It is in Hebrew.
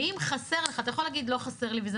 ואם חסר לך אתה יכול להגיד לא חסר לי וזה